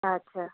अछा अछा